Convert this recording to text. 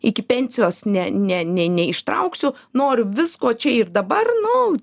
iki pensijos ne ne ne neištrauksiu noriu visko čia ir dabar nu